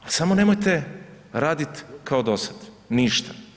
Samo nemojte raditi kao dosada, ništa.